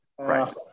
Right